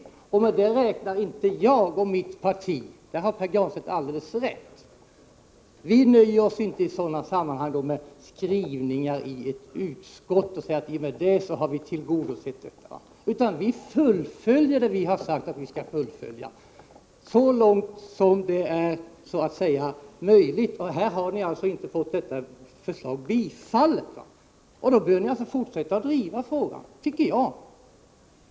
Pär Granstedt har alldeles rätt i att jag och mitt parti inte nöjer oss med utskottsskrivningar och säger att man i dem har tillgodosett det eller det önskemålet. Vi fullföljer så långt möjligt vad vi har sagt att vi skall fullfölja. I den här frågan har centern inte fått sitt förslag tillstyrkt och bör därför fortsätta att driva frågan. Det tycker i varje fall jag.